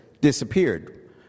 disappeared